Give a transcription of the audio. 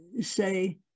say